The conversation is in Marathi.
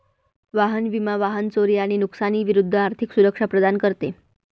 वाहन विमा वाहन चोरी आणि नुकसानी विरूद्ध आर्थिक सुरक्षा प्रदान करते